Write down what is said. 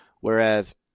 whereas